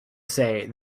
say